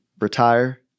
retire